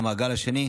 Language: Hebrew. למעגל השני,